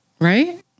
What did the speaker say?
right